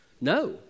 No